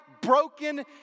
broken